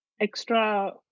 extra